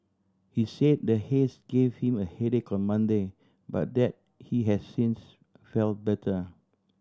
he said the haze give him a headache on Monday but that he has since felt better